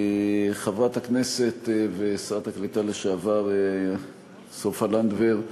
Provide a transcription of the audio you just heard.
חברת הכנסת ושרת הקליטה לשעבר סופה לנדבר,